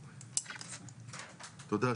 תודה,